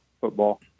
football